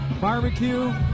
barbecue